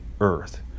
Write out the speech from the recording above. earth